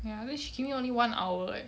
ya then she give me only one hour leh